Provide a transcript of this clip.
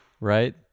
right